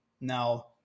Now